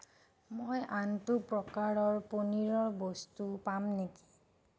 মই আনটো প্ৰকাৰৰ পনীৰৰ বস্তু পাম নেকি